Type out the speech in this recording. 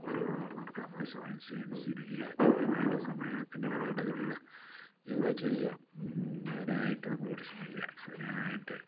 ശീലിക്കുക കൃത്യമായിട്ട് സമയത്തിൻ്റെ ഇടവേളകളിൽ ഇവ ചെയ്യുക അതിനായിട്ട് നമ്മൾ പരിശ്രമിക്കുക അതിനായിട്ട്